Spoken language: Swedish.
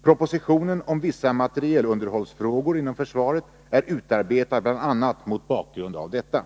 Propositionen om vissa materielunder hållsfrågor inom försvaret är utarbetad bl.a. mot bakgrund av detta.